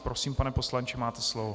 Prosím, pane poslanče, máte slovo.